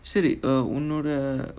சரி:sari err உன்னோட:unnoda